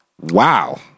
Wow